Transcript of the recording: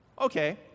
Okay